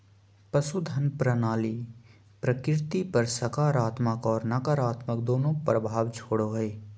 पशुधन प्रणाली प्रकृति पर सकारात्मक और नकारात्मक दोनों प्रभाव छोड़ो हइ